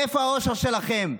מאיפה העושר שלכם?